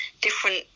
different